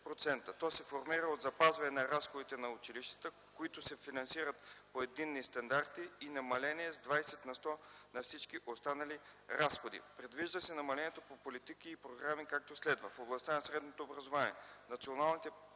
То се формира от запазване на разходите на училищата, които се финансират по единни стандарти и намаление с 20 на сто на всички останали разходи. Предвижда се намалението по политики и програми, както следва: - В областта на средното образование: националните